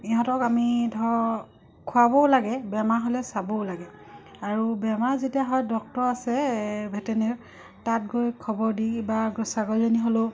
ইহঁতক আমি ধৰক খোৱাবও লাগে বেমাৰ হ'লে চাবও লাগে আৰু বেমাৰ যেতিয়া হয় ডক্তৰ আছে ভেটেনেৰি তাত গৈ খবৰ দি বা ছাগলজনী হ'লেও